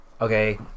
okay